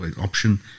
option